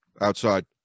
outside